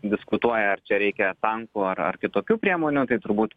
diskutuoja ar čia reikia tankų ar ar kitokių priemonių tai turbūt